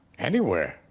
anywhere,